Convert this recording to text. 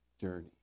journey